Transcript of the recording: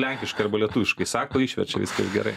lenkiškai arba lietuviškai sako išverčia viskas gerai